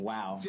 Wow